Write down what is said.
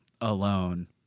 alone